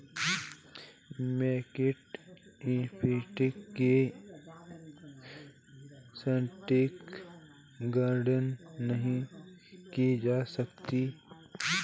market impact की सटीक गणना नहीं की जा सकती